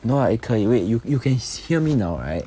no lah eh 可以 wait you you can hear me now right